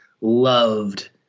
loved –